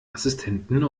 assistenten